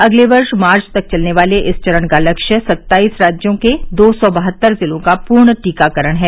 अगले वर्ष मार्च तक चलने वाले इस चरण का लक्ष्य सत्ताईस राज्यों के दो सौ बहत्तर जिलों का पूर्ण टीकाकरण है